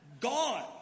Gone